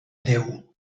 neu